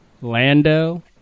Lando